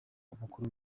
umukuru